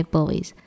Boys